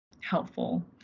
helpful